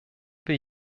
wir